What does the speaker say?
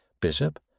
bishop